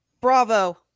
Bravo